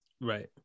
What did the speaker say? Right